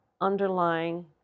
underlying